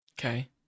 Okay